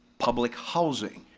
public housing.